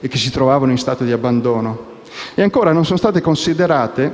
e che si trovavano in stato di abbandono. Inoltre, non sono state considerate